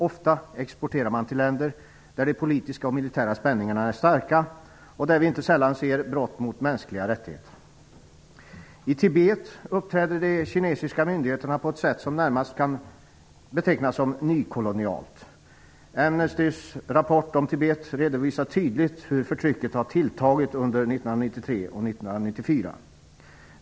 Ofta exporterar man till länder där de politiska och militära spänningarna är starka och där vi inte sällan ser brott mot mänskliga rättigheter. I Tibet uppträder de kinesiska myndigheterna på ett sätt som närmast kan betecknas som nykolonialt. Amnestys rapport om Tibet redovisar tydligt hur förtrycket har tilltagit under 1993 och 1994.